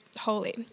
holy